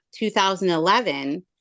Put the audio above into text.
2011